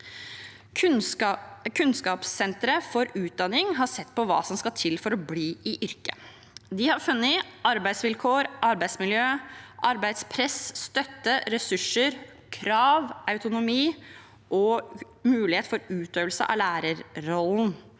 Kunnskapssenteret for utdanning har sett på hva som skal til for å bli i yrket. De har funnet dette: arbeidsvilkår, arbeidsmiljø, arbeidspress, støtte, ressurser, krav, autonomi og mulighet for utøvelse av lærerrollen.